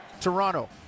Toronto